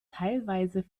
teilweise